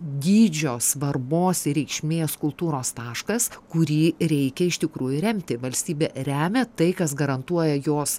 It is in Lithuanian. dydžio svarbos ir reikšmės kultūros taškas kurį reikia iš tikrųjų remti valstybė remia tai kas garantuoja jos